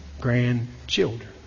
Grandchildren